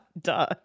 Duh